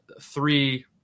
three